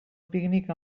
pícnic